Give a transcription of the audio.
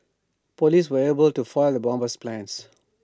Police were able to foil the bomber's plans